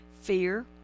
Fear